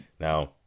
Now